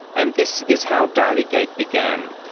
and this is how dalligate began.